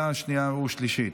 20 בעד,